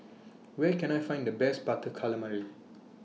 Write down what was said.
Where Can I Find The Best Butter Calamari